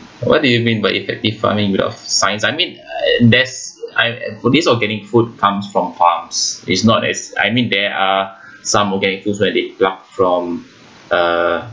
what do you mean by effective farming without science I mean there's for these organic food comes from farms is not as I mean there are some organic foods where they pluck from uh